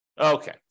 Okay